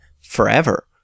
forever